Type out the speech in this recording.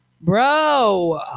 Bro